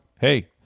hey